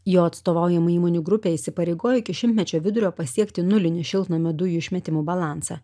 jo atstovaujamų įmonių grupė įsipareigojo iki šimtmečio vidurio pasiekti nulinį šiltnamio dujų išmetimų balansą